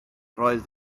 roedd